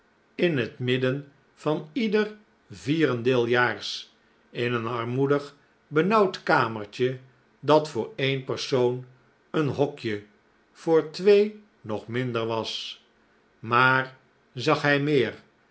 in het midden van ieder vierendeeljaars in een armoedig benauwd kamertje dat voor een persoon een hokje voor twee nog minder was maar zag hij meer